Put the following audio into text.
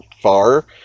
far